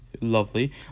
Lovely